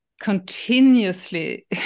continuously